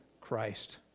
Christ